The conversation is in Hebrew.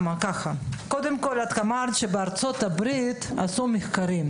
את אמרת שבארצות הברית עשו מחקרים